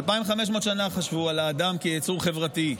אלפיים חמש מאות שנה חשבו על האדם כייצור חברתי,